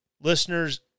listeners